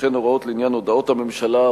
וכן הוראות לעניין הודעות הממשלה,